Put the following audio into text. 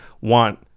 want